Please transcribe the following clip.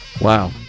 Wow